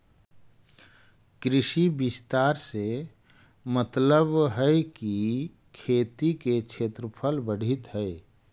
कृषि विस्तार से मतलबहई कि खेती के क्षेत्रफल बढ़ित हई